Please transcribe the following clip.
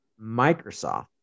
Microsoft